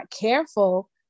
careful